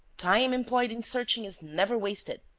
time employed in searching is never wasted,